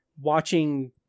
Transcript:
watching